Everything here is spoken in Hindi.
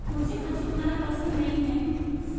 मुझें खजूर खाना पसंद नहीं है